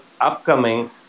upcoming